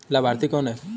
लाभार्थी कौन है?